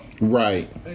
right